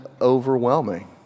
overwhelming